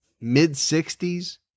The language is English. mid-60s